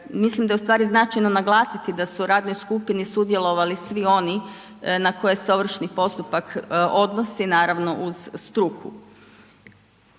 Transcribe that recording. mislim da je značajno naglasiti da su u radnoj skupini sudjelovali svi oni na koje se ovršni postupak odnosi, naravno uz struku.